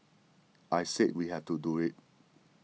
I said we have to do it